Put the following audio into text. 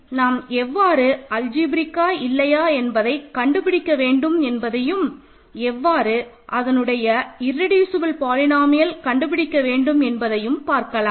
எனவே நாம் எவ்வாறு அல்ஜிப்ரேக்கா இல்லையா என்பதை கண்டுபிடிக்க வேண்டும் என்பதையும் எவ்வாறு அதனுடைய இர்ரெடியூசபல் பாலினோமியல் கண்டுபிடிக்க வேண்டும் என்பதையும் பார்க்கலாம்